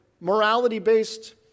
morality-based